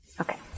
Okay